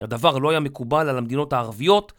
הדבר לא היה מקובל על המדינות הערביות